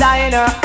Diner